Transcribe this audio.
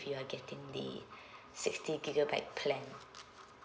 you're getting the sixty gigabyte plan